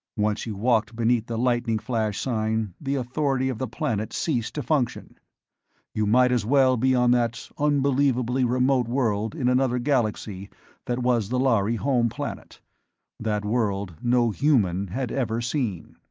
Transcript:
once you walked beneath the lightning-flash sign, the authority of the planet ceased to function you might as well be on that unbelievably remote world in another galaxy that was the lhari home planet that world no human had ever seen.